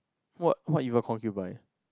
what what you are confuse by